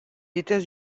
états